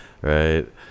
Right